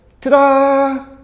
ta-da